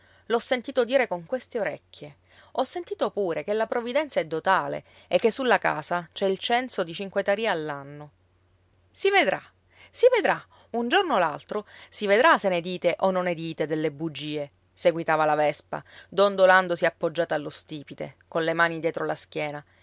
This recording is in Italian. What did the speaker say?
l'ho sentito dire con queste orecchie ho sentito pure che la provvidenza è dotale e che sulla casa c'è il censo di cinque tarì all'anno si vedrà si vedrà un giorno o l'altro si vedrà se ne dite o non ne dite delle bugie seguitava la vespa dondolandosi appoggiata allo stipite colle mani dietro la schiena